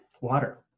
Water